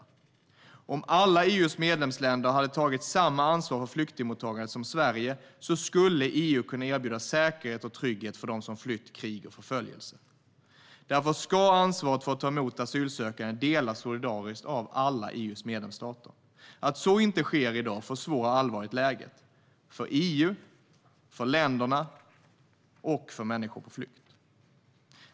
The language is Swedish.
Om alla medlemsländer hade tagit samma ansvar för flyktingmottagandet som Sverige skulle EU kunna erbjuda säkerhet och trygghet för dem som flytt från krig och förföljelse. Därför ska ansvaret för att ta emot asylsökande delas solidariskt av alla EU:s medlemsstater. Att så inte sker i dag försvårar allvarligt läget för EU, för länderna och för människor på flykt.